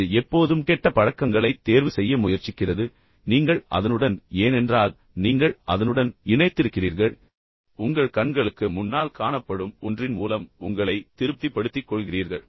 அது எப்போதும் கெட்ட பழக்கங்களைத் தேர்வு செய்ய முயற்சிக்கிறது நீங்கள் அதனுடன் ஏனென்றால் நீங்கள் அதனுடன் இணைத்திருக்கிறீர்கள் உங்கள் கண்களுக்கு முன்னால் காணப்படும் ஒன்றின் மூலம் உங்களை திருப்திப்படுத்திக் கொள்கிறீர்கள்